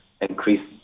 increase